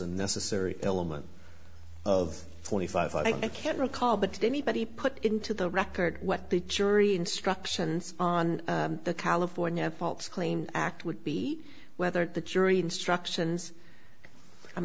a necessary element of twenty five i can't recall but anybody put into the record what the jury instructions on the california false claim act would be whether the jury instructions i'm